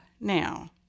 now